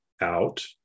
out